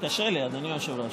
קשה לי, אדוני היושב-ראש.